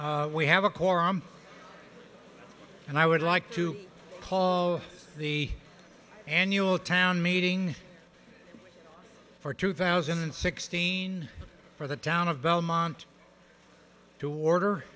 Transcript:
we have a quorum and i would like to call the annual town meeting for two thousand and sixteen for the town of belmont to order